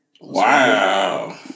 Wow